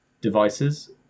devices